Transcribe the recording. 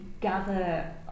gather